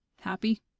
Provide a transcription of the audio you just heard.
happy